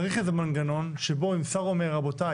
צריך איזה מנגנון שבו אם שר אומר רבותיי,